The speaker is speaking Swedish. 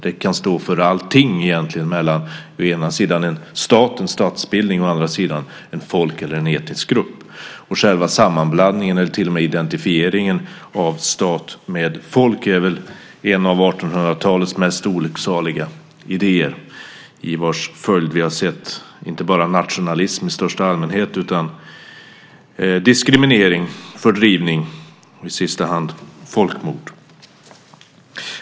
Det kan stå för allting egentligen, å ena sidan en stat, en statsbildning, och å andra sidan ett folk eller en etnisk grupp. Själva sammanblandningen, eller till och med identifieringen, av stat och folk är väl en av 1800-talets mest olycksaliga idéer i vars följd vi har sett inte bara nationalism i största allmänhet utan diskriminering, fördrivning och i sista hand folkmord.